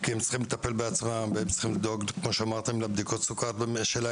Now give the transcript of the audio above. כי הם צריכים לטפל בעצמם והם צריכים לדאוג לבדיקות דם וסוכר שלהם,